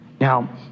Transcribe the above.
Now